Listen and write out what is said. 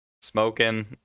smoking